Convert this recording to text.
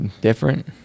different